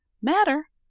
matter!